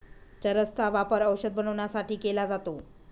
चरस चा वापर औषध बनवण्यासाठी केला जातो